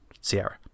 Sierra